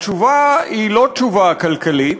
התשובה היא לא תשובה כלכלית.